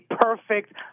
perfect